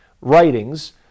writings